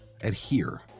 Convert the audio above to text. adhere